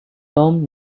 tom